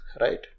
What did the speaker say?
right